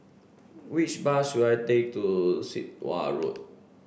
which bus should I take to Sit Wah Road